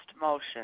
Motion